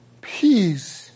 peace